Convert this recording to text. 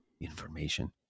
information